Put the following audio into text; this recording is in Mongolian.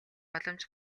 боломж